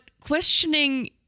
questioning